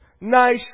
Nice